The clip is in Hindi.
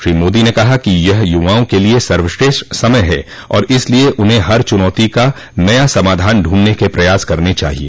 श्री मोदी ने कहा कि यह युवाओं के लिए सर्वश्रेष्ठ समय है और इसलिए उन्हें हर चुनौती का नया समाधान ढूंढने के प्रयास करने चाहिए